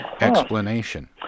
explanation